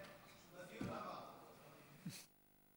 הישיבה הבאה תקיים מחר, יום